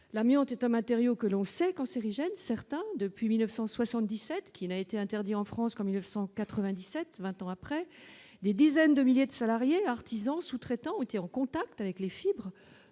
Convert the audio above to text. l'amiante est un matériau que l'on sait cancérigène certain depuis 1977 qu'il n'a été interdit en France qu'en 1997 20 ans après, des dizaines de milliers de salariés, artisans sous-traitants ont été en contact avec les fibres